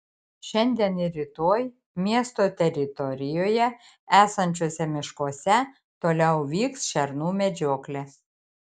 šiandien ir rytoj miesto teritorijoje esančiuose miškuose toliau vyks šernų medžioklė